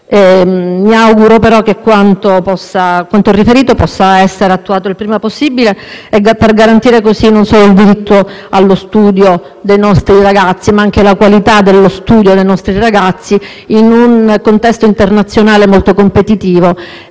Mi auguro però che quanto riferito possa essere attuato il prima possibile per garantire così non solo il diritto allo studio dei nostri ragazzi, ma anche la qualità dello studio stesso in un contesto internazionale molto competitivo,